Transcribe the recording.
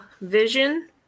Vision